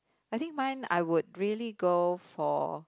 I think mine I would really go for